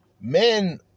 Men